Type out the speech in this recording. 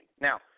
Now